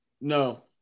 No